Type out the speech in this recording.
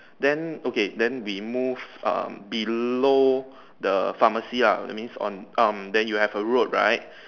then okay then we move um below the pharmacy lah it means on um then you have a road right